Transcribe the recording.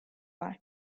var